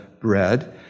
bread